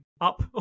up